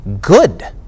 good